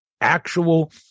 actual